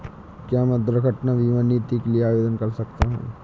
क्या मैं दुर्घटना बीमा नीति के लिए आवेदन कर सकता हूँ?